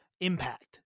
impact